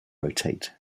rotate